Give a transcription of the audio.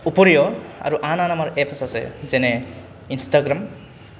উপৰিও আৰু আন আন আমাৰ এপছ আছে যেনে ইনষ্টাগ্ৰাম